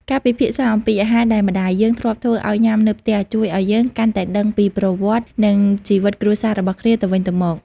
ការពិភាក្សាអំពីអាហារដែលម្ដាយយើងធ្លាប់ធ្វើឱ្យញ៉ាំនៅផ្ទះ ជួយឱ្យយើងកាន់តែដឹងពីប្រវត្តិ និងជីវិតគ្រួសាររបស់គ្នាទៅវិញទៅមក។